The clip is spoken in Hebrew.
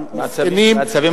במסכנים,